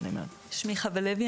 שמי חוה לוי,